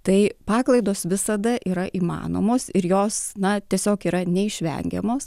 tai paklaidos visada yra įmanomos ir jos na tiesiog yra neišvengiamos